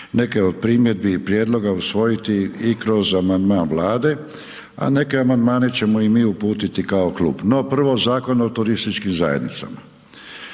neke od primjedbi i prijedloga usvojiti i kroz amandman Vlade, a neke amandmane ćemo i mi uputiti kao klub, no prvo Zakon o turističkim zajednicama.